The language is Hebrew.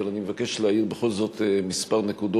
אבל אני בכל זאת מבקש להעיר כמה נקודות